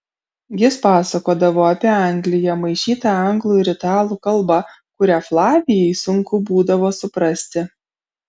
jis pasakodavo apie angliją maišyta anglų ir italų kalba kurią flavijai sunku būdavo suprasti